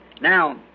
Now